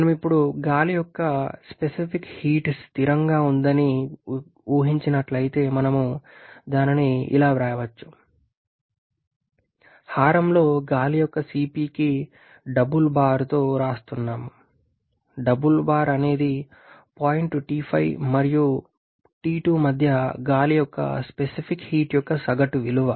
మనం ఇప్పుడు గాలి యొక్క స్పెసిఫిక్ హీట్ స్థిరంగా ఉందని ఊహించినట్లయితే మనం దానిని ఇలా వ్రాయవచ్చు హారంలో గాలి యొక్క cp కి డబుల్ బార్ తో రాస్తున్నాను డబుల్ బార్ అనేది పాయింట్ T5 మరియు T2 మధ్య గాలి యొక్క స్పెసిఫిక్ హీట్ యొక్క సగటు విలువ